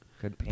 Good